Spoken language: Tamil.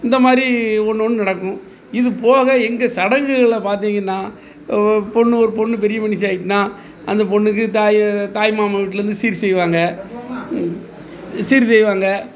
இந்த மாதிரி ஒன்று ஒன்று நடக்கும் இதுபோக எங்கள் சடங்குகளில் பார்த்தீங்கன்னா பொண்ணு ஒரு பொண்ணு பெரிய மனுஷி ஆகிட்டுன்னா அந்த பொண்ணுக்கு தாய் தாய்மாமன் வீட்லேருந்து சீர் செய்வாங்க சீர் செய்வாங்க